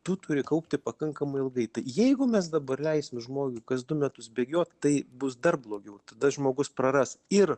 tu turi kaupti pakankamai ilgai jeigu mes dabar leisim žmogui kas du metus bėgiot tai bus dar blogiau tada žmogus praras ir